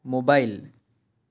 mobile